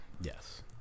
Yes